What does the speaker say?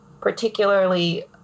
particularly